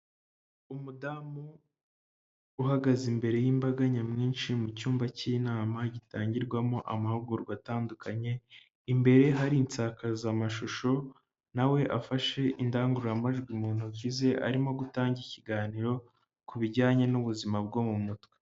Umudamu uhagaze imbere y'imbaga nyamwinshi mu cyumba cy'inama gitangirwamo amahugurwa atandukanye, imbere hari insakazamashusho nawe afashe indangururamajwi mu ntoki ze arimo gutanga ikiganiro ku bijyanye n'ubuzima bwo mu mutwe.